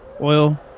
oil